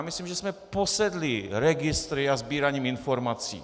Myslím si, že jsme posedlí registry a sbíráním informací.